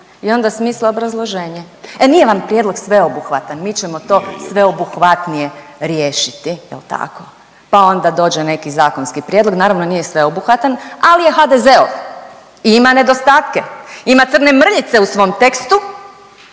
i onda smisle obrazloženje. E nije vam prijedlog sveobuhvatan, mi ćemo to sveobuhvatnije riješiti, je li tako? Pa onda dođe neki zakonski prijedlog, naravno, nije sveobuhvatan, ali je HDZ-ov i ima nedostatke, ima crne mrljice u svom tekstu,